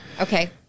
Okay